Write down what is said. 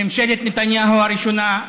ממשלת נתניהו הראשונה,